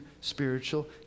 spiritual